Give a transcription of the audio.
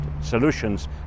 solutions